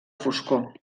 foscor